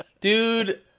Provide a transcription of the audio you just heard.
Dude